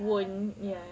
won't ya